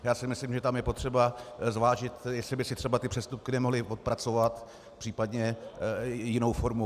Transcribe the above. Já si myslím, že tam je potřeba zvážit, jestli by si třeba ty přestupky nemohli odpracovat, případně to potom řešit jinou formou.